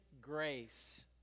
grace